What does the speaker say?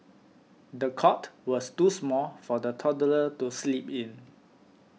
the cot was too small for the toddler to sleep in